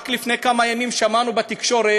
רק לפני כמה ימים שמענו בתקשורת